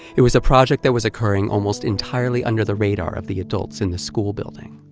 it was a project that was occurring almost entirely under the radar of the adults in the school building.